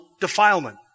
defilement